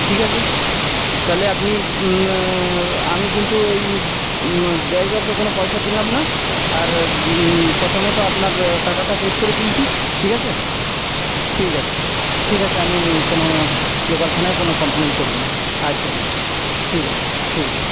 ঠিক আছে তাহলে আপনি আমি কিন্তু এই ড্রাইভারকে কোনো পয়সা দিলাম না আর কথা মতো আপনার টাকাটা পেড করে দিয়েছি ঠিক আছে ঠিক আছে ঠিক আছে আমি কোনো লোকাল থানায় কোনো কমপ্লেন করব না আচ্ছা আচ্ছা ঠিক আছে ঠিক আছে